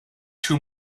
two